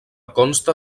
consta